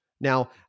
Now